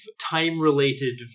time-related